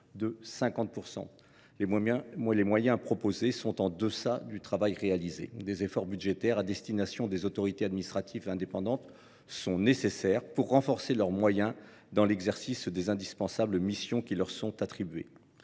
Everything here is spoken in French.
Les moyens proposés sont en deçà du travail réalisé. Des efforts budgétaires à destination des autorités administratives indépendantes sont nécessaires pour renforcer leurs moyens dans l’exercice des indispensables missions qui leur sont attribuées.